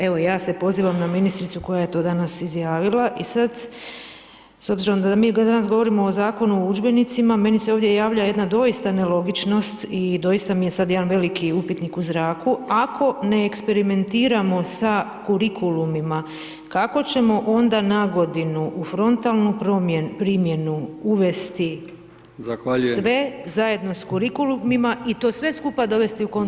Evo, ja se pozivam na ministricu koja je to danas izjavila i sad, s obzirom da mi danas govorimo o Zakonu o udžbenicima, meni se ovdje javlja jedna doista nelogičnost i doista mi je sada jedan veliki upitnik u zraku ako ne eksperimentiramo sa kurikulumima, kako ćemo onda na godinu, u frontalnu primjenu uvesti [[Upadica: Zahvaljujem]] sve zajedno s kurikulumima i to sve skupa dovesti u kontekst…